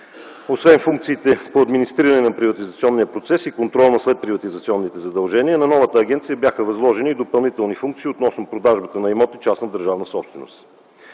Освен функциите по администриране на приватизационния процес и контрол на следприватизационните задължения на новата агенция бяха възложени и допълнителни функции относно продажбата на имоти частна държавна собственост.